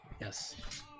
Yes